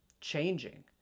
changing